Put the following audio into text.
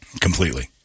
Completely